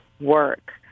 work